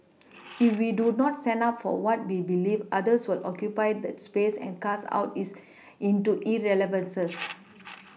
if we do not stand up for what we believe others will occupy that space and cast out is into irrelevances